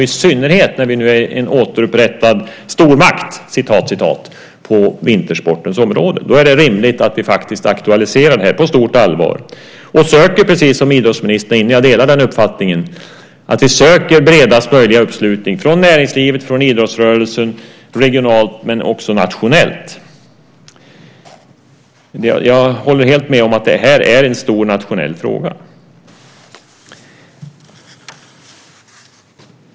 I synnerhet när vi nu är en återupprättad "stormakt" på vintersportens område är det rimligt att vi faktiskt aktualiserar det här på stort allvar och söker bredast möjliga uppslutning från näringslivet och idrottsrörelsen regionalt och även nationellt, precis som idrottsministern var inne på. Jag håller helt med om att det här är en stor nationell fråga.